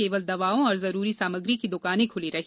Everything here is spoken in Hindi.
केवल दवाओं और जरूरी सामग्री की दुकानें खुली रही